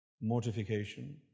mortification